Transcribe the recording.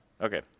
Okay